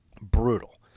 Brutal